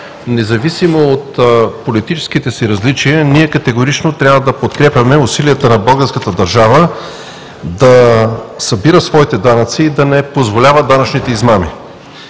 независимо от политическите си различия, ние категорично трябва да подкрепяме усилията на българската държава да събира своите данъци и да не позволява данъчните измами.